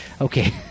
Okay